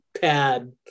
pad